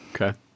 Okay